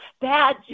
bad